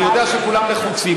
אני יודע שכולם לחוצים.